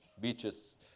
beaches